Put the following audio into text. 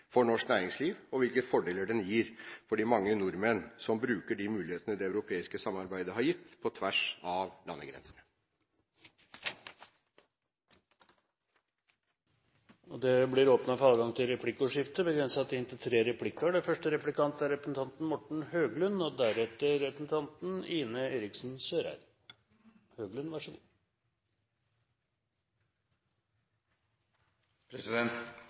for norsk næringsliv, og hvilke fordeler den gir for de mange nordmenn som bruker de mulighetene det europeiske samarbeidet har gitt, på tvers av landegrensene. Det blir åpnet for replikkordskifte. Jeg vil berømme representanten for hans varme forsvar for EØS-avtalen. Et av skjærene i sjøen nå er diskusjonen knyttet til postdirektivet. Regjeringen har jo bekjentgjort sin motstand. Nå pågår det